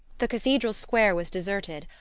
the cathedral square was deserted,